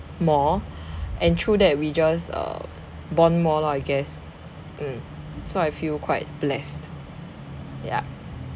more and through that we just um bond more lor I guess mm so I feel quite blessed yup